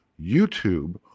YouTube